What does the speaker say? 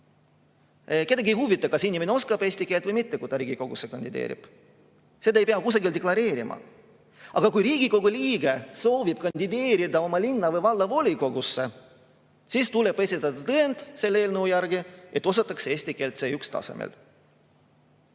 Kedagi ei huvita, kas inimene oskab eesti keelt või mitte, kui ta Riigikogusse kandideerib. Seda ei pea kusagil deklareerima. Aga kui Riigikogu liige soovib kandideerida oma linna või valla volikogusse, siis tuleb tal selle eelnõu järgi esitada tõend, et ta